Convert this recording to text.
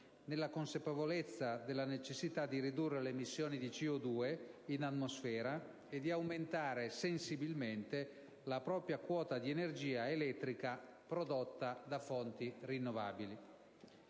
nella consapevolezza della necessità di ridurre le emissioni di CO2 nell'atmosfera e di aumentare sensibilmente la propria quota di energia elettrica prodotta da fonti rinnovabili.